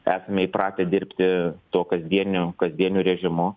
esame įpratę dirbti tuo kasdieniu kasdieniu režimu